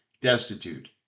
destitute